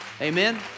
Amen